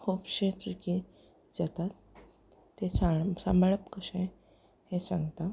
खुबशे चीजें जातात ते सा सांबाळप कशें हें सांगता